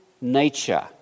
nature